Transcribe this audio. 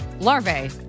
Larvae